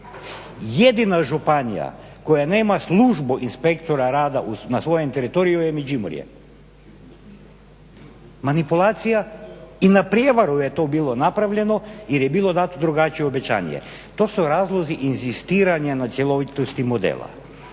Jedina županija koja nema službu inspektora rada na svojem teritoriju je Međimurje. Manipulacija i na prijevaru je to bilo napravljeno jer je bilo dano drugačije obećanje. To su razlozi inzistiranja na cjelovitosti modela.